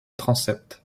transept